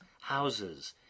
houses